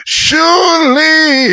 surely